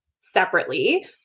separately